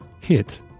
Hit